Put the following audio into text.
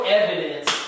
evidence